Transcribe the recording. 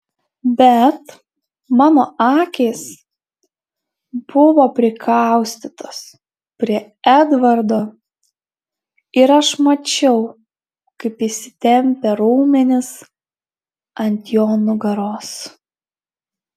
bet mano akys buvo prikaustytos prie edvardo ir aš mačiau kaip įsitempę raumenys ant jo nugaros